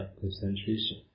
concentration